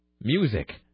music